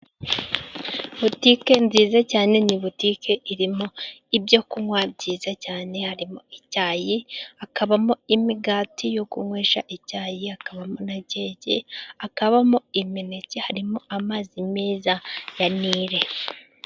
Butike nziza cyane ni butike irimo ibyo kunwa byiza cyane, harimo icyayi hakabamo imigati yo kunwesha icyayi, hakabamo na keke, hakabamo imineke harimo amazi meza ya Nili.